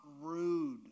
rude